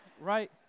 Right